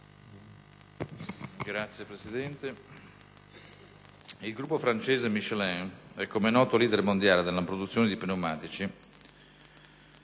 Signor Presidente, il gruppo francese Michelin è, come noto, *leader* mondiale nella produzione di pneumatici